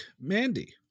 Mandy